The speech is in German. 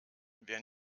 wer